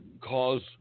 cause